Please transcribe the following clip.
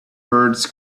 birds